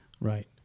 right